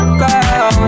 girl